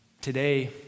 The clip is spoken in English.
today